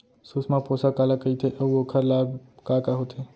सुषमा पोसक काला कइथे अऊ ओखर लाभ का का होथे?